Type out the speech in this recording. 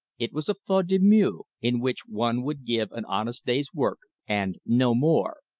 it was a faute de mieux, in which one would give an honest day's work, and no more.